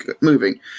moving